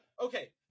Okay